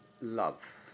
love